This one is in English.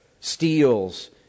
steals